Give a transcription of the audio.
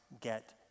get